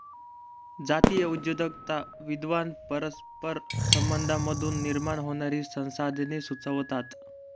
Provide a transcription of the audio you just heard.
जातीय उद्योजकता विद्वान परस्पर संबंधांमधून निर्माण होणारी संसाधने सुचवतात